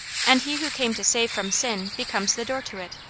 and he who came to save from sin becomes the door to it.